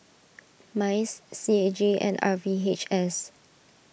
Mice C A G and R V H S